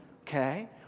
Okay